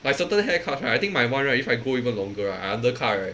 like certain haircuts right I think my one right if I grow even longer right I undercut right